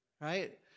Right